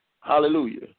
Hallelujah